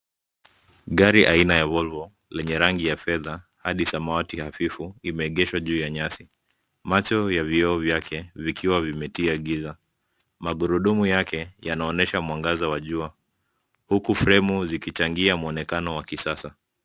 Gari aina ya Volvo yenye rangi ya fedha hadi samawati hafifu, imeegeshwa juu ya nyasi. Macho ya vioo vyake vikiwa vimetia giza. Magurudumu yake yanaonyesha mwangaza wa jua, huku fremu zikichangia muonekano wa ki...